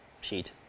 sheet